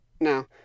Now